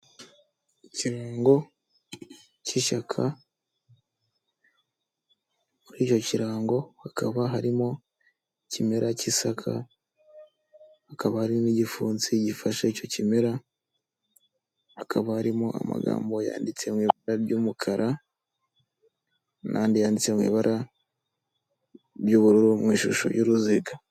Ikirango cy'ishyaka, kuri icyo kirango hakaba harimo ikimera cy'isaka, hakaba harimo igipfunsi gifashe icyo kimera. Hakaba harimo amagambo yanditse mu ibara ry'umukara n'andi yanditse mu ibara ry'ubururu mu ishusho y'uruziga.